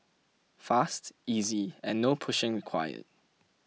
fast easy and no pushing required